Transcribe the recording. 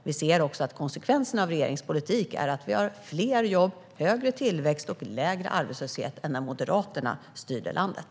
Vi ser att konsekvenserna av regeringens politik är att vi har fler jobb, högre tillväxt och lägre arbetslöshet än när Moderaterna styrde landet.